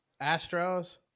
Astros